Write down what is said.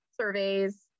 surveys